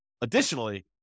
additionally